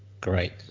Great